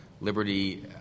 liberty